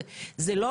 זה לא